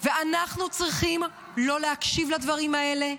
ואנחנו צריכים לא להקשיב לדברים האלה.